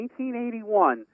1981